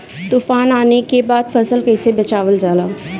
तुफान आने के बाद फसल कैसे बचावल जाला?